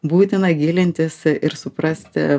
būtina gilintis ir suprasti